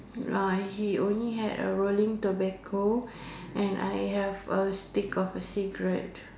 uh he only had a rolling tobacco and I have a stick of a cigarette